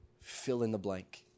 fill-in-the-blank